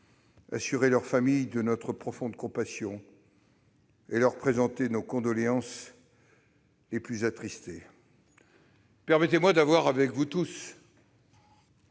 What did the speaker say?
assurer leurs familles de notre profonde compassion et leur présenter nos condoléances les plus attristées. Permettez-moi d'avoir avec vous une